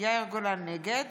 נגד